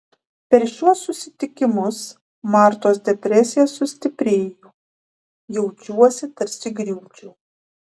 per šiuos susitikimus martos depresija sustiprėjo jaučiuosi tarsi griūčiau